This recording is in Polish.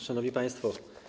Szanowni Państwo!